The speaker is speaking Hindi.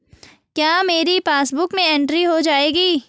क्या मेरी पासबुक में एंट्री हो जाएगी?